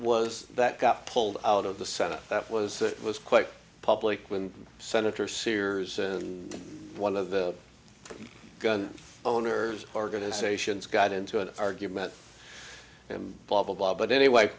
was that got pulled out of the senate that was it was quite public when senator sears one of the gun owners organizations got into an argument and blah blah blah but anyway